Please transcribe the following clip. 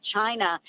China